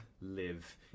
live